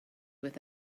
with